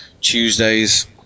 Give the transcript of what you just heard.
Tuesdays